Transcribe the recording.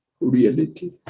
reality